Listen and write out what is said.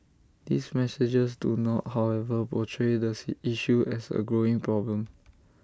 these messages do not however portray the issue as A growing problem